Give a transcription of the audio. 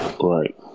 Right